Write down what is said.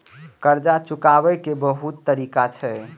कर्जा चुकाव के बहुत तरीका छै?